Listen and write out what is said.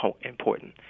important